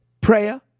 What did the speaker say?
Prayer